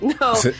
No